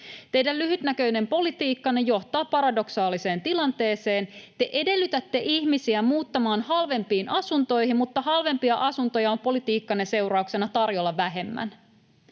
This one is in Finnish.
Teidän lyhytnäköinen politiikkanne johtaa paradoksaaliseen tilanteeseen: te edellytätte ihmisiä muuttamaan halvempiin asuntoihin, mutta halvempia asuntoja on politiikkanne seurauksena tarjolla vähemmän.